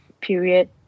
period